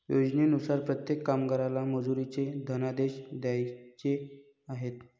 योजनेनुसार प्रत्येक कामगाराला मजुरीचे धनादेश द्यायचे आहेत